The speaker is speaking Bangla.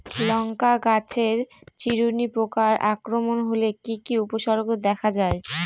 লঙ্কা গাছের চিরুনি পোকার আক্রমণ হলে কি কি উপসর্গ দেখা যায়?